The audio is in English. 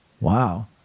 wow